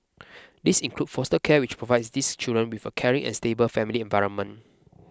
this includes foster care which provides these children with a caring and stable family environment